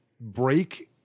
break